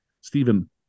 Stephen